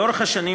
לאורך השנים,